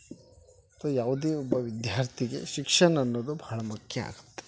ಅಥ್ವಾ ಯಾವುದೇ ಒಬ್ಬ ವಿದ್ಯಾರ್ಥಿಗೆ ಶಿಕ್ಷಣ ಅನ್ನೋದು ಭಾಳ ಮುಖ್ಯ ಆಗುತ್ತೆ